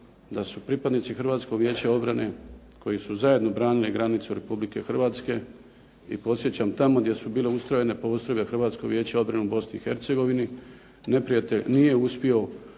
da su pripadnici Hrvatskog vijeća obrane koji su zajedno branili granicu Republike Hrvatske i podsjećam tamo gdje su bile ustrojene postrojbe Hrvatskog vijeća obrane u Bosni i Hercegovini neprijatelj nije uspio